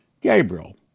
Gabriel